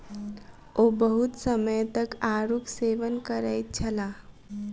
ओ बहुत समय तक आड़ूक सेवन करैत छलाह